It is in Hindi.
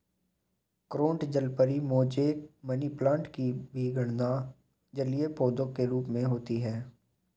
क्रोटन जलपरी, मोजैक, मनीप्लांट की भी गणना जलीय पौधे के रूप में होती है